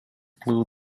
blue